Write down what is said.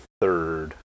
third